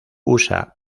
usa